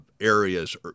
areas